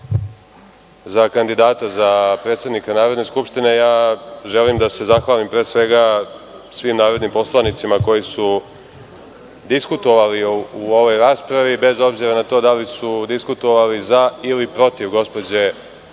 za kandidata za predsednika Narodne skupštine, želim da se zahvalim, pre svega, svim narodnim poslanicima koji su diskutovali u ovoj raspravi, bez obzira da li su diskutovali za ili protiv gospođe Maje